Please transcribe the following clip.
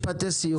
משפטי סיום.